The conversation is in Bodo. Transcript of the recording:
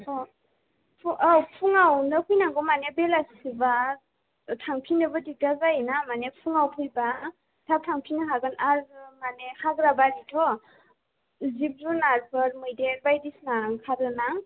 औ फुङावनो फैनांगौ मानि बेलासि बा थांफिननोबो दिगदार जायो ना मानि फुङाव फैबा थाब थांफिननो हागोन आरो मानि हाग्राबारिथ' जिब जुनार फोर मैदेर बायदिसिना ओंखारो ना